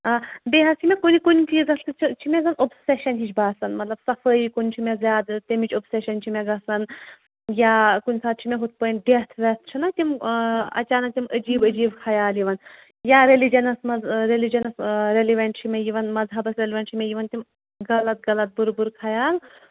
آ بیٚیہِ حظ چھِ مےٚ کُنہِ کُنہِ چیٖزَس سۭتۍ حظ چھِ مےٚ زَن اوٚبسیشَن ہِش باسان مطلب صفٲیی کُن چھِ مےٚ زیادٕ تمِچ اوٚبسیشَن چھِ مےٚ گژھان یا کُنہِ ساتہٕ چھِ مےٚ ہُتھ پٲنۍ ڈیتھ ویتھ چھِنہ تِم اَچانَک تِم عجیٖب عجیٖب خیال یِوان یا ریلِجَنَس منٛز ریلِجَنَس ریلِوَینٛٹ چھِ مےٚ یِوان مَذہَبَس ریلِوینٛٹ چھِ مےٚ یِوان تِم غلط غلط بُرٕ بُرٕ خیال